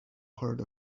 heard